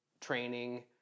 training